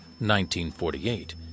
1948